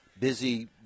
busy